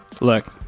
Look